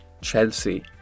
Chelsea